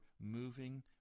moving